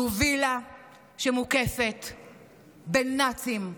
אנחנו וילה שמוקפת בנאצים,